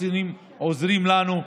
החיסונים עוזרים לנו,